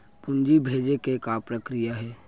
पूंजी भेजे के का प्रक्रिया हे?